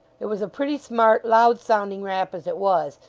it was a pretty smart, loud-sounding rap, as it was,